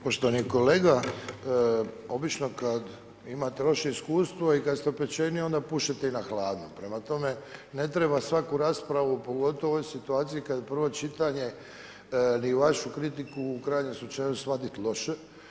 Poštovani kolega, obično kad imate loše iskustvo i kad ste opečeni, onda pušete i na hladno, prema tome ne treba svaku raspravu pogotovo u ovoj situaciji kad je prvo čitanje ni vašu kritiku u krajnjem slučaju shvatiti loše.